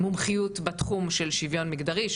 מומחיות בתחום של שוויון מגדרי,